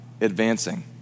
advancing